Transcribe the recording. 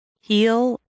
Heal